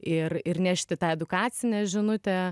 ir ir nešti tą edukacinę žinutę